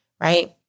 right